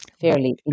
fairly